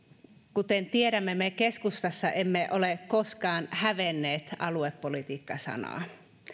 kuten tiedämme me keskustassa emme ole koskaan hävenneet aluepolitiikka sanaa